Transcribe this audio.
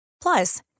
Plus